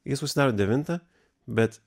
jis užsidaro devintą bet